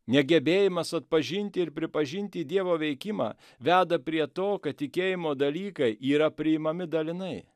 negebėjimas atpažinti ir pripažinti dievo veikimą veda prie to kad tikėjimo dalykai yra priimami dalinai